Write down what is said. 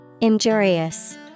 Injurious